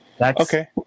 Okay